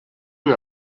una